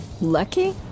Lucky